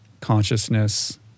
consciousness